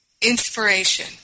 inspiration